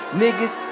niggas